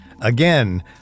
again